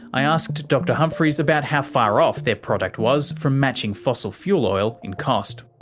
i asked dr humphreys about how far off their product was from matching fossil fuel oil in cost.